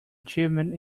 achievement